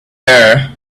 there